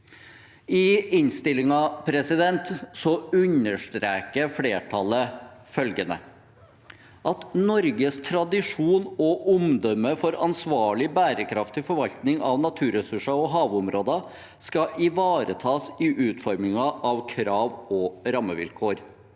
I innstillingen understreker flertallet at «Norges tradisjon og omdømme for ansvarlig bærekraftig forvaltning av naturressurser og havområder skal ivaretas i utformingen av krav og rammevilkår».